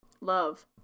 love